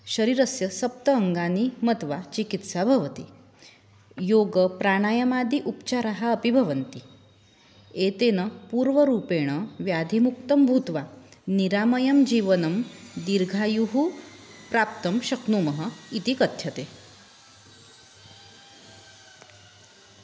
शरीरस्य सप्त अङ्गानि मत्वा चिकित्सा भवति योगप्राणायामादि उपचाराः अपि भवन्ति एतेन पूर्वरूपेण व्याधिमुक्तं भूत्वा निरामयं जीवनं दीर्घायुः प्राप्तुं शक्नुमः इति कथ्यते